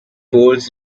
poles